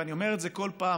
ואני אומר את זה כל פעם,